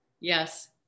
Yes